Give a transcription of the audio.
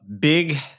big